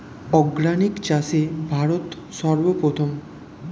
organic চাষে ভারত সর্বপ্রথম